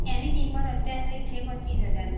એની કિંમત અત્યારે છે પચીસ હજાર